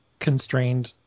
constrained